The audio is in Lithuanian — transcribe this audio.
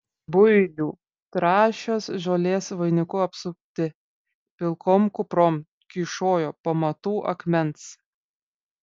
builių trąšios žolės vainiku apsupti pilkom kuprom kyšojo pamatų akmens